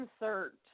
insert